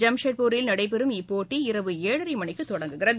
ஜாம்ஷெட்பூரில் நடைபெறும் இப்போட்டி இரவு ஏழரை மணிக்கு தொடங்குகிறது